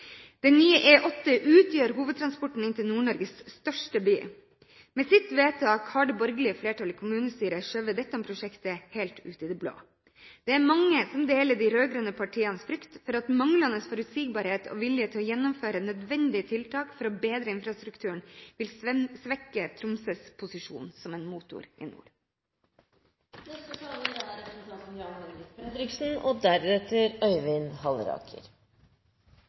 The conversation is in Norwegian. Den nye E8 utgjør hovedtransportåren inn til Nord-Norges største by. Med sitt vedtak har det borgerlige flertall i kommunestyret skjøvet dette prosjektet helt ut i det blå. Det er mange som deler de rød-grønne partienes frykt for at manglende forutsigbarhet og vilje til å gjennomføre nødvendige tiltak for å bedre infrastrukturen, vil svekke Tromsøs posisjon som en motor i nord. Aller først vil jeg forholde meg til videreføringen av de lokale avgiftene på drivstoff i den såkalte Tromsøpakke 3 og